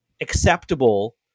acceptable